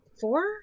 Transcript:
four